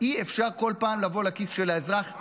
אי-אפשר לבוא כל פעם לכיס של האזרח,